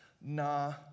nah